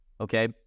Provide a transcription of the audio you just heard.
okay